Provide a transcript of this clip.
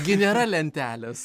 gi nėra lentelės